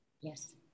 Yes